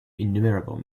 innumerable